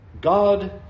God